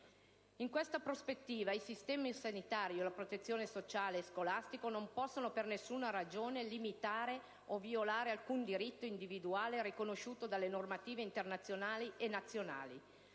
In questa prospettiva i sistemi sanitario, di protezione sociale e scolastico non possono, per nessuna ragione, limitare o violare alcun diritto individuale riconosciuto dalle normative internazionali e nazionali.